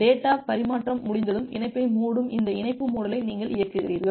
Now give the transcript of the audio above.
data பரிமாற்றம் முடிந்ததும் இணைப்பை மூடும் இந்த இணைப்பு மூடலை நீங்கள் இயக்குகிறீர்கள்